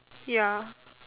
ya